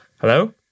Hello